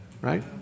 Right